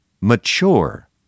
Mature